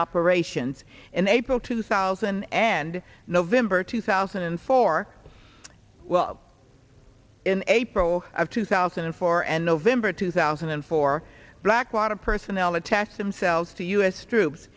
operations in april two thousand and november two thousand and four well in april of two thousand and four and november two thousand and four blackwater personnel attach themselves to u s troops